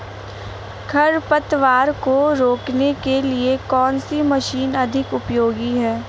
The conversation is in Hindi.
खरपतवार को रोकने के लिए कौन सी मशीन अधिक उपयोगी है?